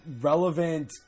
relevant